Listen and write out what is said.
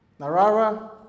Narara